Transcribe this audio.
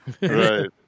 right